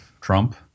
Trump